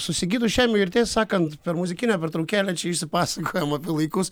su sigitu šemiu ir tiesą sakant per muzikinę pertraukėlę išsipasakojom apie laikus